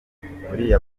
uriya